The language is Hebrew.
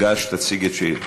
גש תציג את השאלה.